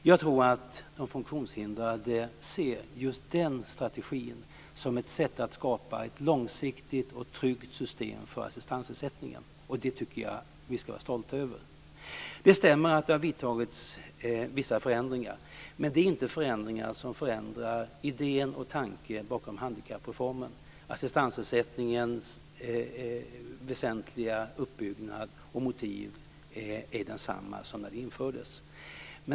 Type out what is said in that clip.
Jag tror att de funktionshindrade ser just den strategin som ett sätt att skapa ett långsiktigt och tryggt system för assistansersättningen, och det tycker jag att vi skall vara stolta över. Det stämmer att det har vidtagits vissa förändringar, men det är inte förändringar som förändrar idé och tanke bakom handikappreformen. Assistansersättningens väsentliga uppbyggnad och motiv är desamma som när den infördes.